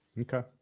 Okay